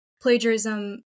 plagiarism